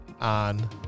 on